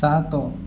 ସାତ